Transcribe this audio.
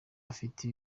afite